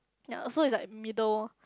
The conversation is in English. ya so is like middle ah